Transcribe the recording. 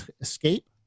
escape